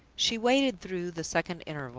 she waited through the second interval,